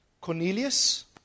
Cornelius